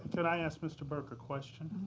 can i ask mr. burke a question.